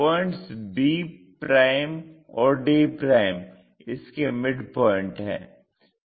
points b और d इसके mid point है